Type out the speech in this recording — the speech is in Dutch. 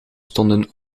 stonden